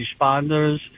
responders